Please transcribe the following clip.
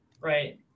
Right